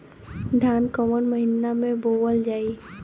धान कवन महिना में बोवल जाई?